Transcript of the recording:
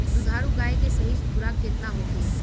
दुधारू गाय के सही खुराक केतना होखे?